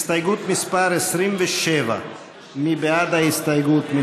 הסתייגות מס' 27. מי בעד ההסתייגות?